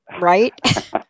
right